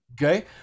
Okay